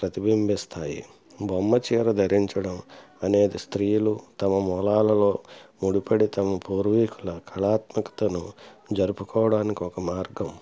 ప్రతిబింబిస్తాయి బొమ్మ చీర ధరించడం అనేది స్త్రీలు తమ మూలాలలో ముడిపడి తమ పూర్వీకుల కళాత్మకతను జరుపుకోవడానికి ఒక మార్గం